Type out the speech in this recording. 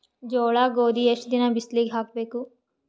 ಜೋಳ ಗೋಧಿ ಎಷ್ಟ ದಿನ ಬಿಸಿಲಿಗೆ ಹಾಕ್ಬೇಕು?